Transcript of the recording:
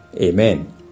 amen